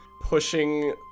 pushing